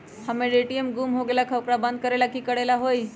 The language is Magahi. हमर ए.टी.एम गुम हो गेलक ह ओकरा बंद करेला कि कि करेला होई है?